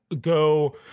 go